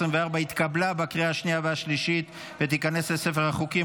התקבלה בקריאה השנייה והשלישית ותיכנס לספר החוקים.